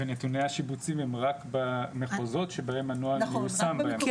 ונתוניי השיבוצים הם רק במחוזות שבהם הנוהל מיושם בהם,